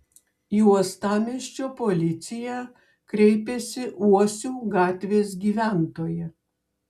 į uostamiesčio policiją kreipėsi uosių gatvės gyventoja